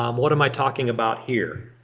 um what am i talking about here?